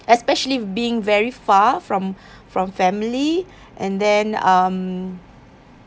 especially being very far from from family and then um